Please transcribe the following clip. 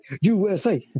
USA